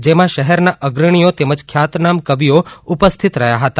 જેમાં શહેરના અગ્રણીઓ તેમજ ખ્યાતનામ કવિઓ ઉપસ્થિત રહ્યા હતા